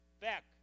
back